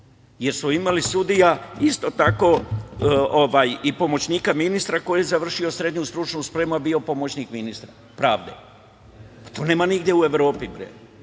jer je bilo sudija i pomoćnika ministra koji je završio srednju stručnu spremu, a bio pomoćnik ministra pravde. To nema nigde u Evropi.